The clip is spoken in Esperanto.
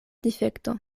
difekto